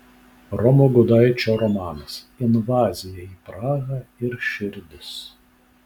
romo gudaičio romanas invazija į prahą ir širdis